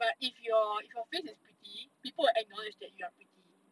but if your if your face is pretty people will acknowledge that you are pretty